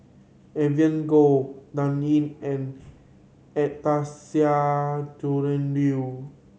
Evelyn Goh Dan Ying and Anastasia Liew